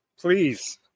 Please